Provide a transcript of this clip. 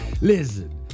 Listen